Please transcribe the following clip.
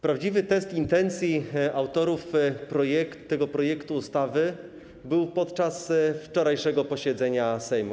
Prawdziwy test intencji autorów tego projektu ustawy był podczas wczorajszego posiedzenia Sejmu.